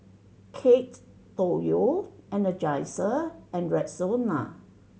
Kate Tokyo Energizer and Rexona